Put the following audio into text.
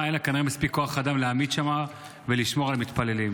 אין כנראה מספיק כוח אדם להעמיד שם ולשמור על מתפללים.